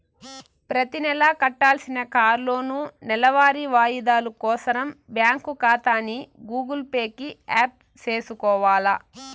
ప్రతినెలా కట్టాల్సిన కార్లోనూ, నెలవారీ వాయిదాలు కోసరం బ్యాంకు కాతాని గూగుల్ పే కి యాప్ సేసుకొవాల